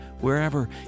wherever